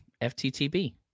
FTTB